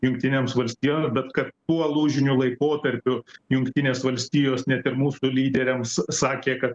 jungtinėms valstijoms bet kad tuo lūžiniu laikotarpiu jungtinės valstijos net ir mūsų lyderiams sakė kad